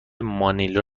مانیلا